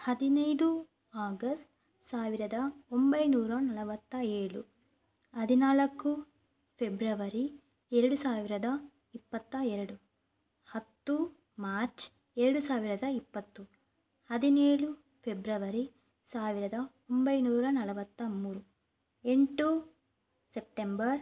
ಹದಿನೈದು ಆಗಸ್ಟ್ ಸಾವಿರದ ಒಂಬೈನೂರ ನಲವತ್ತ ಏಳು ಹದಿನಾಲಕ್ಕು ಫೆಬ್ರವರಿ ಎರಡು ಸಾವಿರದ ಇಪ್ಪತ್ತ ಎರಡು ಹತ್ತು ಮಾರ್ಚ್ ಎರಡು ಸಾವಿರದ ಇಪ್ಪತ್ತು ಹದಿನೇಳು ಫೆಬ್ರವರಿ ಸಾವಿರದ ಒಂಬೈನೂರ ನಲವತ್ತ ಮೂರು ಎಂಟು ಸೆಪ್ಟೆಂಬರ್